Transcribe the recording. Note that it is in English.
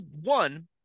one